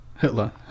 Hitler